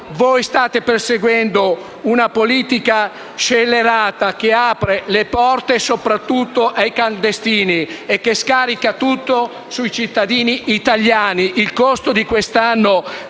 State perseguendo una politica scellerata che apre le porte soprattutto ai clandestini e scarica tutto sui cittadini italiani. Quest'anno